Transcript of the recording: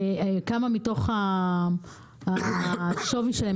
כמה מתוך השווי שלהם